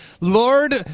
Lord